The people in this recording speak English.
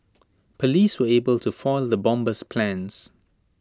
Police were able to foil the bomber's plans